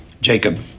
Jacob